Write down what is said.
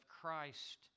Christ